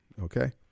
okay